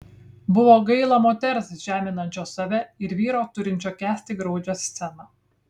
buvo gaila moters žeminančios save ir vyro turinčio kęsti graudžią sceną